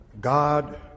God